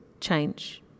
change